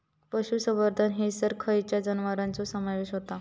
पशुसंवर्धन हैसर खैयच्या जनावरांचो समावेश व्हता?